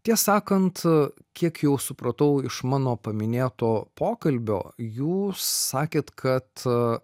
tiesą sakant kiek jau supratau iš mano paminėto pokalbio jūs sakėt kad